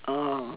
orh